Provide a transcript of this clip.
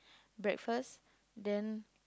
breakfast then